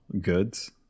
goods